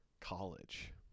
college